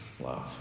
love